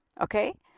okay